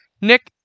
Nick